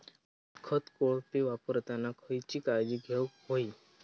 खत कोळपे वापरताना खयची काळजी घेऊक व्हयी?